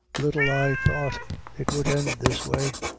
little i thought it would end this way.